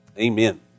amen